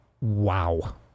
Wow